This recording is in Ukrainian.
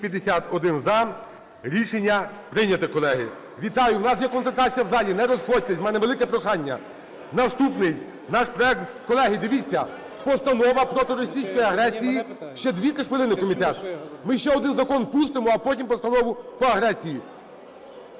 За-251 Рішення прийнято, колеги. Вітаю! В нас є концентрація в залі, не розходьтесь, в мене велике прохання. Наступний наш проект, колеги, дивіться, Постанова проти російської агресії. Ще 2-3 хвилини, комітет, ми ще один закон пустимо, а потім Постанову по агресії.